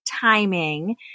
timing